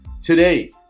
Today